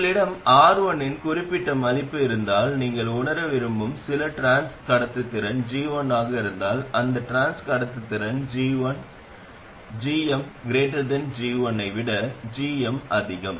உங்களிடம் R1 இன் குறிப்பிட்ட மதிப்பு இருந்தால் நீங்கள் உணர விரும்பும் சில டிரான்ஸ் கடத்துத்திறன் G1 இருந்தால் அந்த டிரான்ஸ் கடத்துத்திறன் G1 gm G1 ஐ விட gm அதிகம்